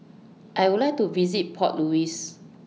I Would like to visit Port Louis